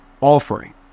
offering